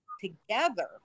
together